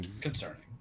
Concerning